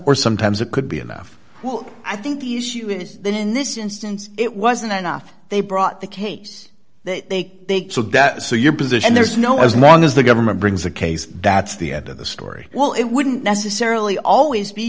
or sometimes it could be enough well i think the issue is that in this instance it wasn't enough they brought the case that they so that is so your position there's no as long as the government brings the case that's the end of the story well it wouldn't necessarily always be